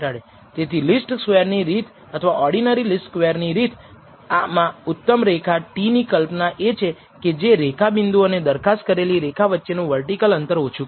તેથી least square ની રીત અથવા ઓર્ડીનરી લિસ્ટ સ્ક્વેર ની રીત મા ઉત્તમ રેખા t ની કલ્પના એ છે કે જે રેખા બિંદુઓ અને દરખાસ્ત કરેલી રેખા વચ્ચેનું વર્ટિકલ અંતર ઓછું કરે